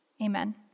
amen